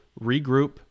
regroup